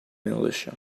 militia